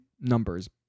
numbers